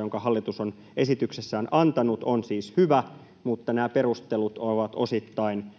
jonka hallitus on esityksessään antanut, on siis hyvä, mutta nämä perustelut ovat osittain